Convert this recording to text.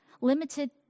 limited